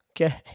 Okay